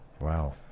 Wow